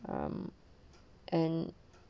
um and